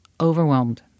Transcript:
overwhelmed